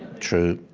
true.